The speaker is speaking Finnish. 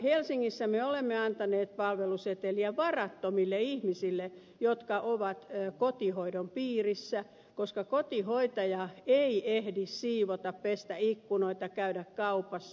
helsingissä me olemme antaneet palveluseteliä varattomille ihmisille jotka ovat kotihoidon piirissä koska kotihoitaja ei ehdi siivota pestä ikkunoita käydä kaupassa